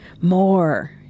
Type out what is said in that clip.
more